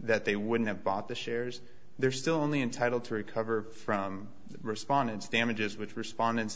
that they wouldn't have bought the shares they're still only entitled to recover from the respondants damages which respondents